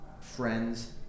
friends